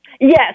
Yes